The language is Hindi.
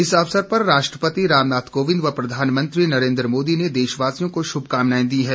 इस अवसर पर राष्ट्रपति रामनाथ कोविंद व प्रधानमंत्री नरेन्द्र मोदी ने देशवासियों को शुमकामनाएं दी है